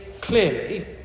clearly